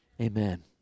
Amen